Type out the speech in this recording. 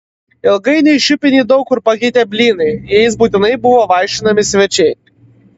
ilgainiui šiupinį daug kur pakeitė blynai jais būtinai buvo vaišinami svečiai